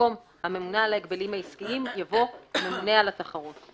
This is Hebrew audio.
במקום "הממונה על הגבלים עסקיים" יבוא "הממונה על התחרות";